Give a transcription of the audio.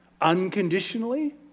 unconditionally